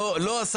לא.